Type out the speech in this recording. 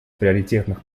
приоритетных